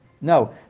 no